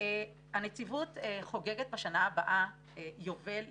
הנציבות חוגגת בשנה הבאה יובל להיווסדה.